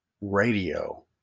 radio